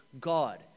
God